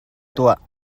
tuah